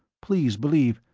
please believe.